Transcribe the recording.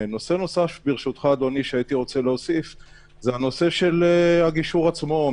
נושא נוסף זה הנושא של הגישור עצמו.